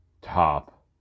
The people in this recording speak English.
top